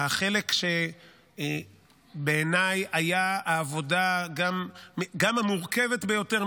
היה חלק שבעיניי היה גם העבודה המורכבת ביותר,